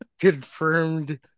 Confirmed